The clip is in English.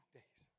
days